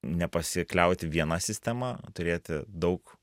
nepasikliauti viena sistema turėti daug